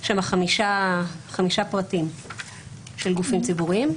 יש שם חמישה פרטים של גופים ציבוריים,